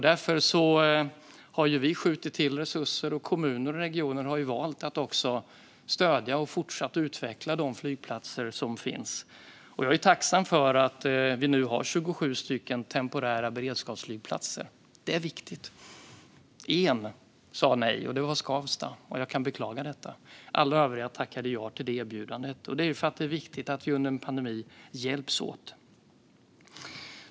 Därför har vi skjutit till resurser, och kommuner och regioner har också valt att stödja och fortsätta utveckla de flygplatser som finns. Jag är tacksam för att vi nu har 27 stycken temporära beredskapsflygplatser. Det är viktigt. En sa nej, och det var Skavsta. Jag kan beklaga detta. Alla övriga tackade ja till det erbjudandet, och det är för att det är viktigt att vi under en pandemi hjälps åt.